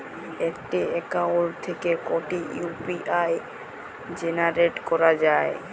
একটি অ্যাকাউন্ট থেকে কটি ইউ.পি.আই জেনারেট করা যায়?